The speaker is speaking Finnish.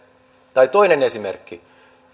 tai toinen esimerkki